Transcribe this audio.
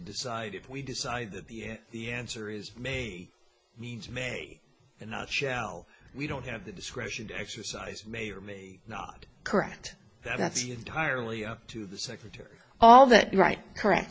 decide if we decide that the the answer is may means may and not shall we don't have the discretion to exercise may or may not correct that's entirely up to the secretary all that the right correct